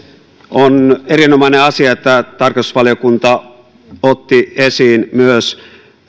on erinomainen asia että tarkastusvaliokunta otti esiin myös